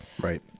Right